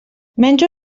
menjo